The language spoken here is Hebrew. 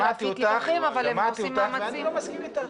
שמעתי אותך ואני לא מסכים איתך.